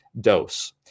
dose